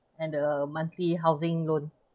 and the monthly housing loan